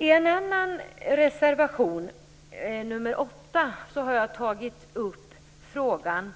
I en annan reservation, nr 8, har jag tagit upp frågan